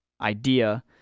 idea